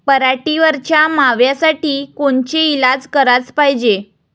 पराटीवरच्या माव्यासाठी कोनचे इलाज कराच पायजे?